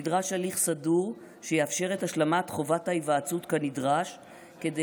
נדרש הליך סדור שיאפשר את השלמת חובת ההיוועצות כנדרש כדי